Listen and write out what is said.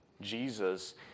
Jesus